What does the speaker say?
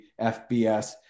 FBS